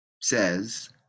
says